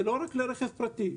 ולא רק לרכב פרטי,